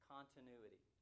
Continuity